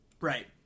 Right